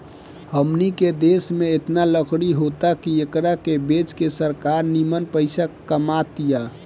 हमनी के देश में एतना लकड़ी होता की एकरा के बेच के सरकार निमन पइसा कमा तिया